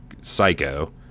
psycho